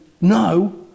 no